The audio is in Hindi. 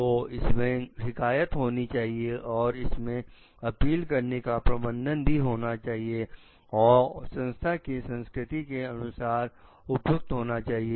तो इसमें शिकायत होनी चाहिए और इसमें अपील करने का प्रबंधन भी होना चाहिए और संस्था की संस्कृति के अनुसार उपयुक्त होना चाहिए